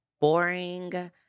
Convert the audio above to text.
boring